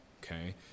okay